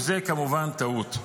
וזו כמובן טעות.